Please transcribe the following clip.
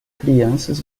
crianças